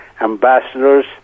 ambassadors